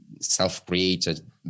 self-created